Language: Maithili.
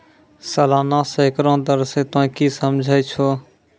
सलाना सैकड़ा दर से तोंय की समझै छौं